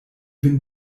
vin